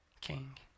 king